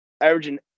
averaging